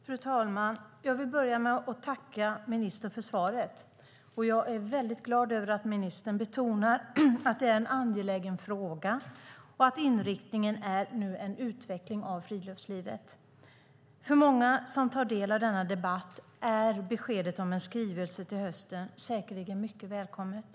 Fru talman! Jag vill börja med att tacka ministern för svaret. Jag är väldigt glad över att ministern betonar att detta är en angelägen fråga och att inriktningen nu är en utveckling av friluftslivet. För många som tar del av denna debatt är beskedet om en skrivelse till hösten säkerligen mycket välkommet.